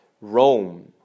Rome